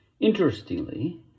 interestingly